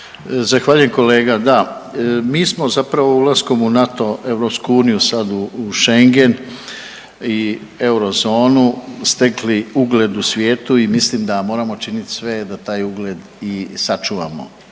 Zahvaljujem kolega. Da, mi smo zapravo ulaskom u NATO, EU, sad u Schengen i eurozonu stekli ugled u svijetu i mislim da moramo činiti sve da taj ugled i sačuvamo.